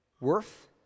worth